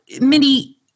Mindy